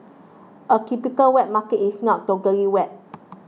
a typical wet market is not totally wet